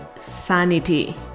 sanity